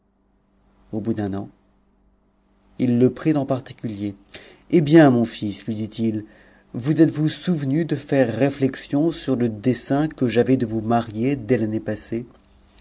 au bout d'un an itie prit en particulier eh bien mon fils lui dit-il vous êtes-vous souvenu de faire réflexion sur le dessein que j'avais de vous marier dès l'année passée